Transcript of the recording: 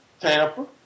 Tampa